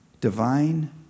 divine